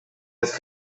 his